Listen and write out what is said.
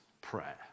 prayer